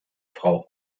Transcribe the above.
frau